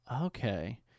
Okay